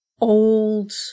old